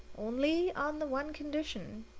only on the one condition.